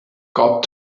got